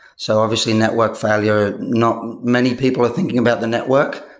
so, obviously, network failure, not many people are thinking about the network,